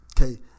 Okay